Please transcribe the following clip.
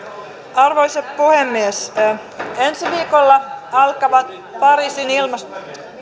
arvoisa puhemies ensi viikolla alkavat pariisin ilmasto